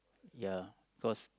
ya cause